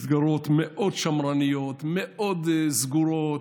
מסגרות מאוד שמרניות, מאוד סגורות.